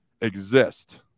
exist